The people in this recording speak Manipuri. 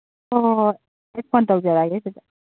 ꯍꯣ ꯍꯣ ꯍꯣꯏ ꯑꯩ ꯐꯣꯟ ꯇꯧꯖꯔꯛꯑꯒꯦ ꯁꯤꯗ